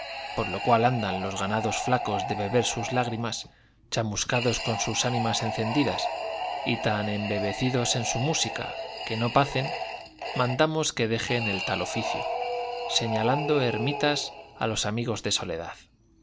por lo cual andan los ganados flacos de beber sus lágrimas chamuscados con sus ánimas encendidas y tan embebecidos en su música que no pacen mandamos que dejen el tal oficio señalando ermitas a los amigos de soledad